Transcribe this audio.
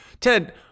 ted